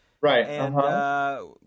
Right